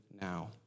now